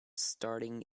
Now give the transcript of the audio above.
starting